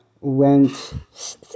went